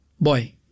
Boy